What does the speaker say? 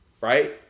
Right